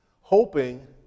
hoping